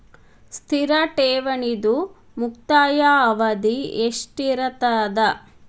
ಸ್ಥಿರ ಠೇವಣಿದು ಮುಕ್ತಾಯ ಅವಧಿ ಎಷ್ಟಿರತದ?